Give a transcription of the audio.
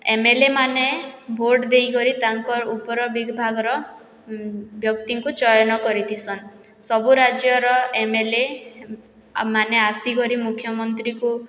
ଏମଏଲେମାନେ ଭୋଟ ଦେଇକରି ତାଙ୍କର ଉପର ବିଭାଗର ବ୍ୟକ୍ତିଙ୍କୁ ଚୟନ କରିଥିସନ୍ ସବୁ ରାଜ୍ୟର ଏମଏଲେ ମାନେ ଆସିକରି ମୁଖ୍ୟମନ୍ତ୍ରୀକୁ